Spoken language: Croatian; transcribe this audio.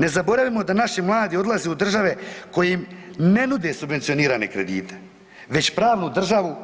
Ne zaboravimo da naši mladi odlaze u države kojim ne nude subvencionirane kredite već pravnu državu